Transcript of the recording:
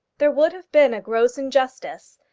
there would have been a gross injustice,